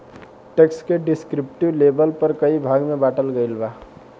tax के descriptive label पर कई भाग में बॉटल गईल बा